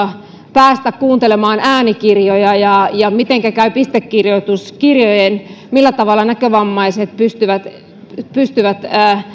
päästä kuuntelemaan äänikirjoja ja ja mitenkä käy pistekirjoituskirjojen millä tavalla näkövammaiset pystyvät